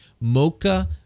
Mocha